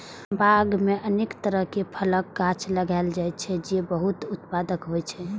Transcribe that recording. बाग मे अनेक तरहक फलक गाछ लगाएल जाइ छै, जे बहुत उत्पादक होइ छै